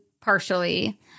partially